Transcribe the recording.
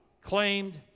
claimed